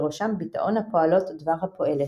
בראשם ביטאון הפועלות דבר הפועלת.